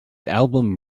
album